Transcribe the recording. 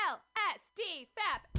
L-S-D-Fap